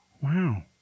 Wow